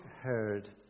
heard